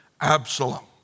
Absalom